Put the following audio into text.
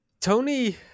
Tony